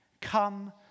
come